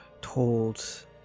told